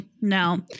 no